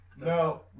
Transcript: No